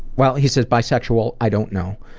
well he says, bisexual i don't know.